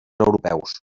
europeus